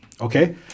okay